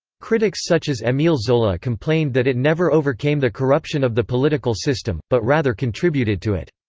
critics such as emile zola complained that it never overcame the corruption of the political system, but rather contributed to it.